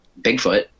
Bigfoot